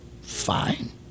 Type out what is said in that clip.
fine